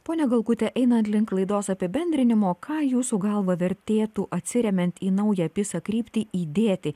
ponia galkute einant link laidos apibendrinimo ką jūsų galva vertėtų atsiremiant į naują pisa kryptį įdėti